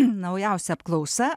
naujausia apklausa